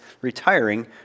retiring